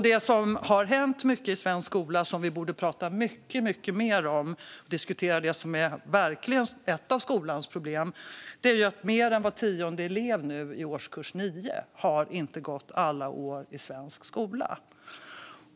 Det som har hänt i svensk skola, ett problem som vi verkligen borde diskutera, är att mer än var tionde elev i årskurs 9 inte har gått alla år i svensk skola.